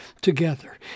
together